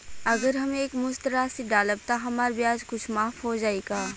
अगर हम एक मुस्त राशी डालब त हमार ब्याज कुछ माफ हो जायी का?